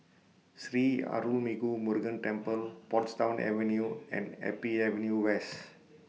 Sri Arulmigu Murugan Temple Portsdown Avenue and Happy Avenue West